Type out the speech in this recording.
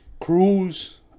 Cruise